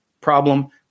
problem